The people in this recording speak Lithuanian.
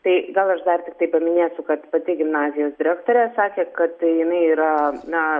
tai gal aš dar tiktai paminėsiu kad pati gimnazijos direktorė sakė kad tai jinai yra na